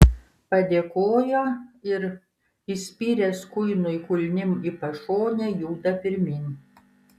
padėkojo ir įspyręs kuinui kulnim į pašonę juda pirmyn